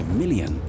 million